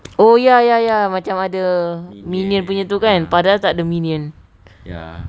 oh ya ya ya macam ada minion punya tu kan padahal tak ada minion